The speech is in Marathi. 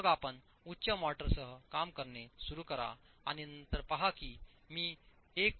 तर मग आपण उच्च मोर्टारसह काम करणे सुरू करा आणि नंतर पहा की मी 1